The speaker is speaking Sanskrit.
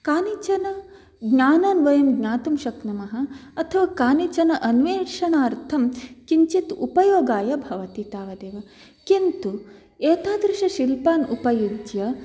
कानिचन ज्ञानान् वयं ज्ञातुं शक्नुमः अथवा कानिचन अन्वेषणार्थं किञ्चित् उपयोगाय भवति तावदेव किन्तु एतादृश शिल्पान् उपयुज्य